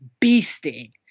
beasting